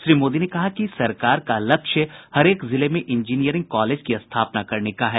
श्री मोदी ने कहा कि सरकार का लक्ष्य हरेक जिले में इंजीनियरिंग कॉलेज की स्थापना करने का है